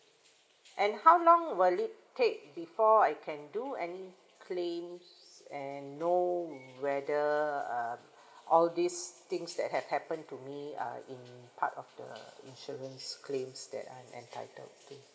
and how long will it take before I can do any claims and know whether uh all these things that had happened to me uh in part of insurance claims that I entitled to